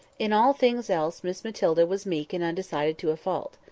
in all things else miss matilda was meek and undecided to a fault.